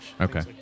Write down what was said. okay